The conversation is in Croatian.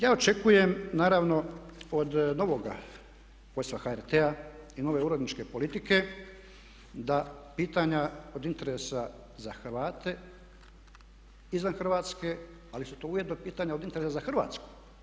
Ja očekujem naravno od novoga vodstva HRT-a i nove uredničke politike da pitanja od interesa za Hrvate izvan Hrvatske ali su to ujedno i pitanja od interesa za Hrvatsku.